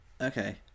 Okay